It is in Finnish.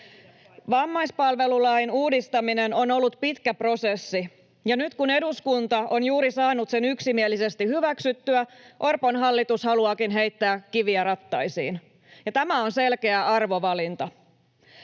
Vammaispalvelulain uudistaminen on ollut pitkä prosessi, ja nyt kun eduskunta on juuri saanut sen yksimielisesti hyväksyttyä, Orpon hallitus haluaakin heittää kiviä rattaisiin, ja tämä on selkeä arvovalinta.